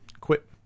Quit